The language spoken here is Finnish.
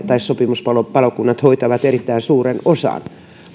tai sopimuspalokunnat hoitavat erittäin suuren osan